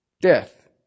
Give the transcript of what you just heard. Death